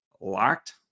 LOCKED